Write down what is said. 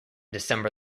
december